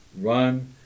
Run